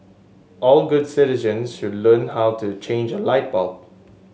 all good citizens should learn how to change a light bulb